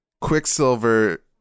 Quicksilver